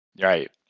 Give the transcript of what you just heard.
Right